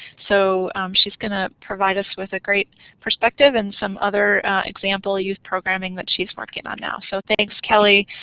so she's going to provide us with a great perspective and some other example youth programming that she's working on now, so thanks, kelly,